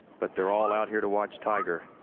but they're all out here to watch tiger.